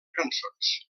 cançons